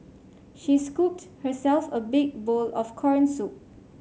she scooped herself a big bowl of corn soup